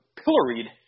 pilloried